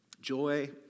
Joy